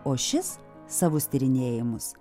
o šis savus tyrinėjimus